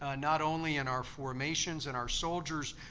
ah not only in our formations and our soldiers,